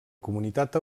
comunitat